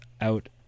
out